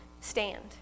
Stand